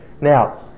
Now